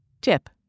Tip